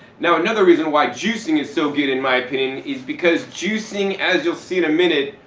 now another reason why juicing is so good in my opinion is because juicing as you'll see in a minute,